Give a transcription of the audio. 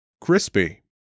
Crispy